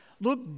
Look